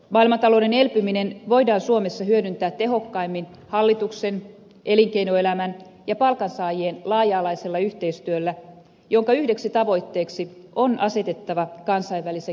maailmantalouden elpyminen voidaan suomessa hyödyntää tehokkaimmin hallituksen elinkeinoelämän ja palkansaajien laaja alaisella yhteistyöllä jonka yhdeksi tavoitteeksi on asetettava kansainvälisen kilpailukykymme turvaaminen